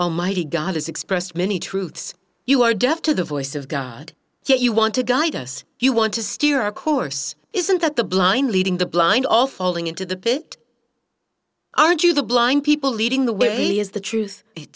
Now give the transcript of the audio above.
almighty god has expressed many truths you are deaf to the voice of god yet you want to guide us you want to steer a course isn't that the blind leading the blind all falling into the pit aren't you the blind people leading the way is the truth it